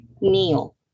kneel